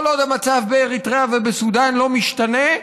כל עוד המצב באריתריאה ובסודאן לא משתנה,